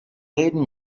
reden